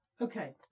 Okay